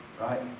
right